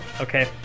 okay